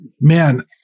man